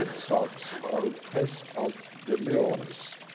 ah sort of are a test of demure-ence.